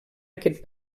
aquest